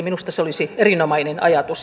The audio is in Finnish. minusta se olisi erinomainen ajatus